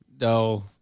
No